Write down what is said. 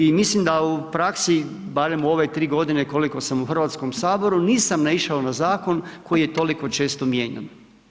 I mislim da u praksi, barem u ove 3 g. koliko sam u Hrvatskom saboru, nisam naišao na zakon koji je toliko često mijenjan.